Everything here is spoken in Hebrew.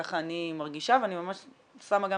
יחד עם חטיבת הרפואה אנחנו סיימנו לכתוב